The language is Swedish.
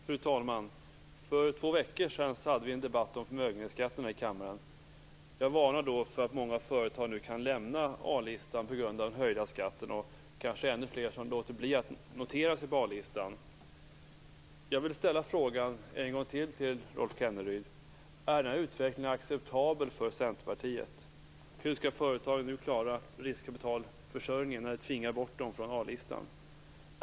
Fru talman! För två veckor sedan hade vi en debatt om förmögenhetsskatten här i kammaren. Jag varnade då för att många företag nu kan lämna A-listan på grund av den höjda skatten. Och det är kanske ännu fler som låter bli att notera sig på Jag vill en gång till fråga Rolf Kenneryd: Är den här utvecklingen acceptabel för Centerpartiet? Hur skall företagen nu klara riskkapitalförsörjningen när ni tvingar bort dem från A-listan?